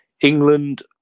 England